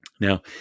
Now